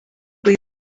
uyu